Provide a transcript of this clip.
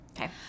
Okay